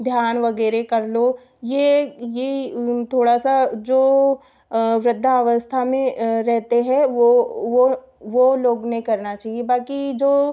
ध्यान वगैरह कर लो यह यह थोड़ा सा जो वृद्धावस्था में रहते है वह वह वह लोग में करना चाहिए बाकी जो